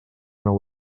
nou